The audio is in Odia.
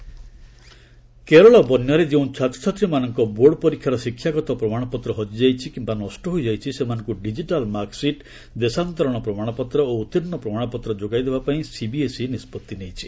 ସିବିଏସ୍ଇ କେରଳ କେରଳ ବନ୍ୟାରେ ଯେଉଁ ଛାତ୍ରଛାତ୍ରୀମାନଙ୍କ ବୋର୍ଡ ପରୀକ୍ଷାର ଶିକ୍ଷାଗତ କାଗଜପତ୍ର ହଜିଯାଇଛି କିମ୍ବା ନଷ୍ଟ ହୋଇଯାଇଛି ସେମାନଙ୍କୁ ଡିଜିଟାଲ୍ ମାର୍କସିଟ୍ ଦେଶାନ୍ତରଣ ପ୍ରମାଣପତ୍ର ଓ ଉତ୍ତୀର୍ଣ୍ଣ ପ୍ରମାଣପତ୍ର ଯୋଗାଇ ଦେବା ପାଇଁ ସିବିଏସ୍ଇ ନିଷ୍ପଭି ନେଇଛି